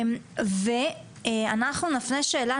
נפנה שאלה,